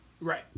Right